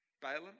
Balaam